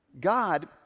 God